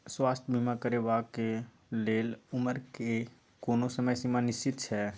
स्वास्थ्य बीमा करेवाक के लेल उमर के कोनो समय सीमा निश्चित छै?